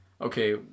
Okay